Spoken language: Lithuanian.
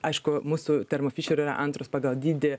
aišku mūsų termo fišer antras pagal dydį